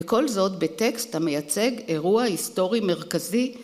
‫בכל זאת, בטקסט המייצג, ‫אירוע היסטורי מרכזי.